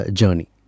journey